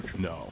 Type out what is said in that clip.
No